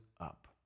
up